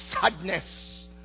sadness